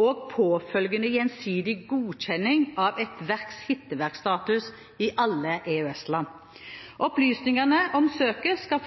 og påfølgende gjensidig godkjenning av et verks hitteverkstatus i alle EØS-land. Opplysningene om søket skal